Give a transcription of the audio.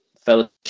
Fellowship